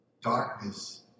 darkness